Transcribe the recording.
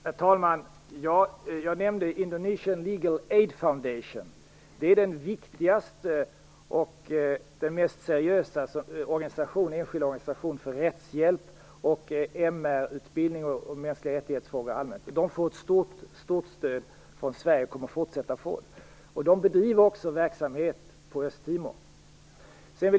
Herr talman! Jag nämnde Indonesian Legal Aid Foundation. Det är den viktigaste och den mest seriösa enskilda organisationen för rättshjälp, MR utbildning och när det allmänt gäller frågor om mänskliga rättigheter. De får ett stort stöd av Sverige, och de kommer att fortsätta att få det. De bedriver också verksamhet på Östtimor.